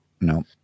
no